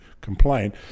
complain